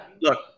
Look